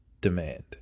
demand